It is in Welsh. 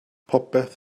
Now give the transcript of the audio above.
popeth